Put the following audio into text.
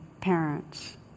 parents